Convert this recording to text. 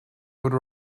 would